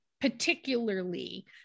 particularly